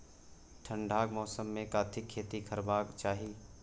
ठंडाक मौसम मे कथिक खेती करबाक चाही?